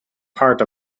part